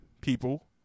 people